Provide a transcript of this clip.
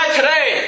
today